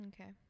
Okay